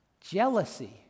Jealousy